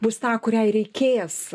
bus tą kuriai reikės